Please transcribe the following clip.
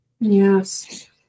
yes